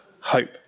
hope